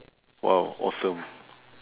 !wow! awesome